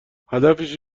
هدفش